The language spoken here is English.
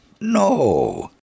No